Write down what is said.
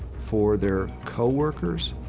for their coworkers,